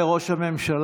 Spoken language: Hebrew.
תודה רבה לראש הממשלה.